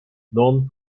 non